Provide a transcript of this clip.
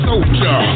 Soldier